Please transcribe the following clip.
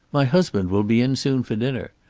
my husband will be in soon for dinner.